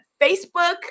Facebook